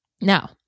Now